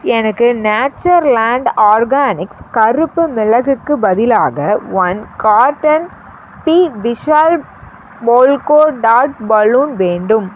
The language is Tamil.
எனக்கு நேச்சர் லாண்ட் ஆர்கானிக்ஸ் கருப்பு மிளகுக்கு பதிலாக ஒன் கார்ட்டன் பி விஷால் போல்கோ டாட் பலூன் வேண்டும்